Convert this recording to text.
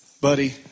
buddy